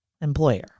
employer